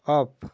off